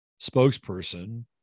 spokesperson